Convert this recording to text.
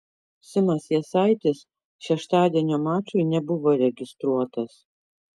simas jasaitis šeštadienio mačui nebuvo registruotas